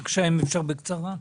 בקצרה.